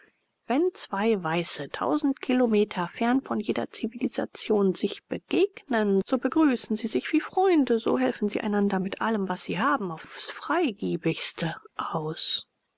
wenn zwei weiße tausend kilometer fern von jeder zivilisation sich begegnen so begrüßen sie sich wie freunde so helfen sie einander mit allem was sie haben aufs freigebigste aus